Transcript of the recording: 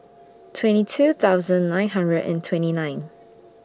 twenty two thousand nine hundred and twenty nine